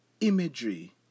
imagery